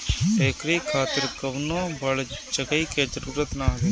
एकरी खातिर कवनो बड़ जगही के जरुरत ना हवे